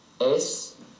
es